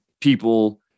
people